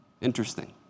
Interesting